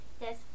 Yes